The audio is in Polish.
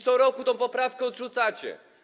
Co roku tę poprawkę odrzucacie.